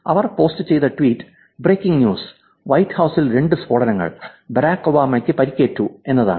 അവർ post ചെയ്ത tweet breaking news white ഹൌസിൽ രണ്ട് സ്ഫോടനങ്ങൾ ബരാക് ഒബാമയ്ക്കു പരിക്കേറ്റു എന്നതാണ്